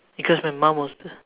because my mom was the